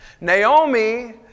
Naomi